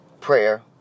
prayer